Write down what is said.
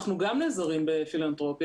אנחנו גם נעזרים בפילנתרופיה.